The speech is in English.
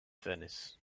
furnace